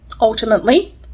ultimately